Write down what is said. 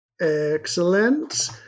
Excellent